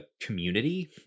community